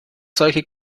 solche